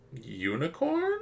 unicorn